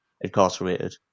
incarcerated